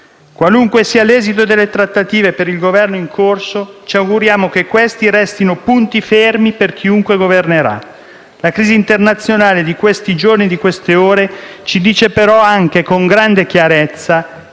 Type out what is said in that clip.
Qualunque sia l'esito delle trattative in corso per il Governo, ci auguriamo che questi restino punti fermi per chiunque governerà. La crisi internazionale di questi giorni e di queste ore ci dice però anche con grande chiarezza